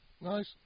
Nice